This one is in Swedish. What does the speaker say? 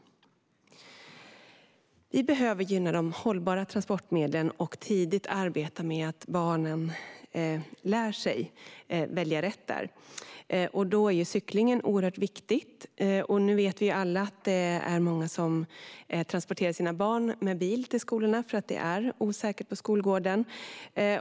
Vi behöver gynna de hållbara transportmedlen och tidigt arbeta med att barn lär sig att välja rätt. Cyklingen är oerhört viktig, och vi vet alla att många transporterar sina barn till skolorna i bil därför att det är osäkert på skolgården.